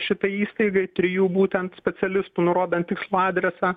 šitai įstaigai trijų būtent specialistų nurodant tikslų adresą